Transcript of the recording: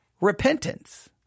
repentance